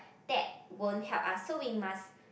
that won't help us so we must